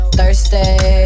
Thursday